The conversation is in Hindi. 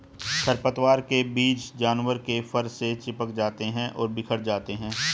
खरपतवार के बीज जानवर के फर से चिपक जाते हैं और बिखर जाते हैं